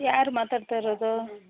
ಯಾರು ಮಾತಾಡ್ತಾ ಇರೋದು